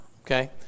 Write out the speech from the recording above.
Okay